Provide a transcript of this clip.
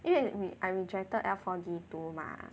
因为 we I rejected L four D two mah